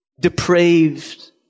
depraved